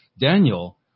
Daniel